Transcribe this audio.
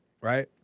right